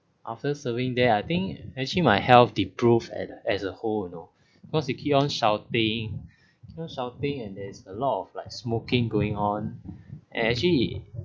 after serving there I think actually my health reproof at as a whole you know because they keep on shouting you know shouting and there's a lot of like smoking going on and actually